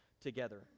together